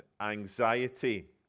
anxiety